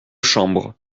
chambres